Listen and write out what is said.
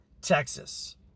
Texas